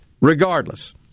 regardless